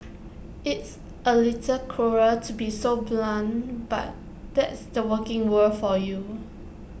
it's A little cruel to be so blunt but that's the working world for you